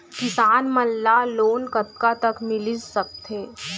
किसान मन ला लोन कतका तक मिलिस सकथे?